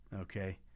Okay